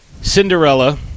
Cinderella